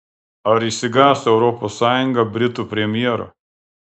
ar išsigąs europos sąjunga britų premjero